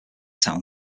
town